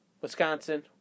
Wisconsin